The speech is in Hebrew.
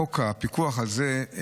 חוק הפיקוח הזה,